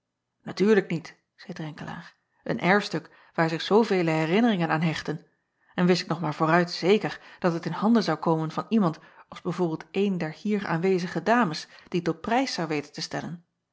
atuurlijk niet zeî renkelaer een erfstuk waar zich zoovele herinneringen aan hechten n wist ik nog maar vooruit zeker dat het in handen zou komen van iemand als b v eene der hier aanwezige dames die het op prijs zou weten te stellen